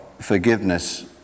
forgiveness